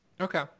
okay